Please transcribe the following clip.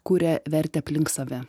kuria vertę aplink save